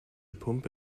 pumpe